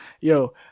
Yo